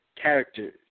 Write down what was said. character